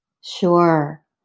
Sure